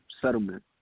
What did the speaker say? settlement